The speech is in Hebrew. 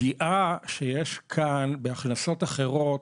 הפגיעה שיש כאן בהכנסות אחרות,